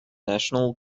national